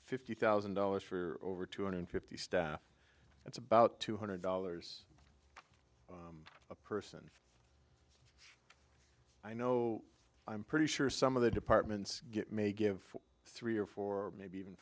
fifty thousand dollars for over two hundred fifty staff that's about two hundred dollars a person i know i'm pretty sure some of the departments get may give three or four maybe even